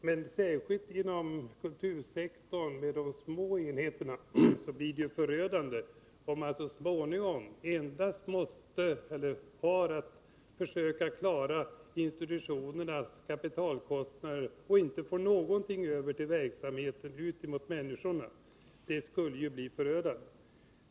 Men särskilt för de små enheterna inom kultursektorn blir det förödande om man så småningom endast har att försöka klara institutionernas kapitalkostnader och inte får någonting över till den rörliga verksamheten. Det skulle ju bli verkligt förödande.